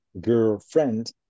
girlfriend